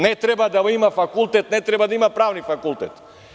Ne treba da ima fakultet, ne treba da ima pravni fakultet.